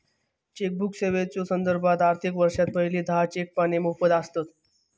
chequebook सेवेच्यो संदर्भात, आर्थिक वर्षात पहिली दहा चेक पाने मोफत आसतत